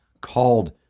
called